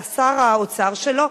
שר האוצר שלו,